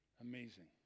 amazing